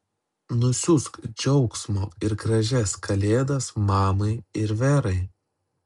nusiųsk džiaugsmo ir gražias kalėdas mamai ir verai